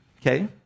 Okay